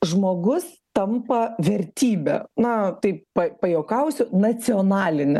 žmogus tampa vertybe na taip pa pajuokausiu nacionaline